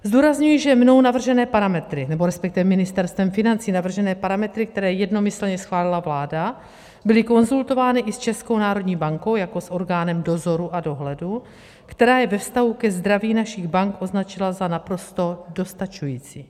Zdůrazňuji, že mnou navržené parametry, nebo respektive Ministerstvem financí navržené parametry, které jednomyslně schválila vláda, byly konzultovány i s Českou národní bankou jako s orgánem dozoru a dohledu, která je ve vztahu ke zdraví našich bank označila za naprosto dostačující.